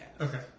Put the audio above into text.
Okay